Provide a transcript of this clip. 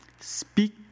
Speak